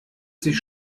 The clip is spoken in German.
sich